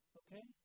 okay